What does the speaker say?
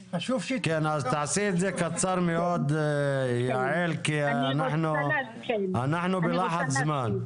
תעשי את זה קצר מאוד, יעל, כי אנחנו בלחץ זמן.